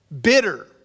bitter